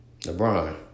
LeBron